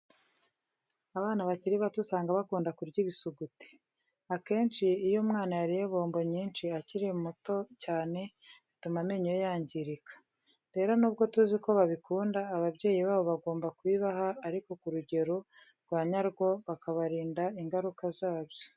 Abana bakiri bato usanga bakunda kurya ibisuguti. Akenshi iyo umwana yariye bombo nyinshi akiri muto cyane bituma amenyo ye yangirika. Rero nubwo tuzi ko babikunda, ababyeyi babo bagomba kubibaha ariko ku rugero rwa nyarwo bakabarinda ingaruka zabyo.